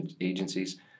agencies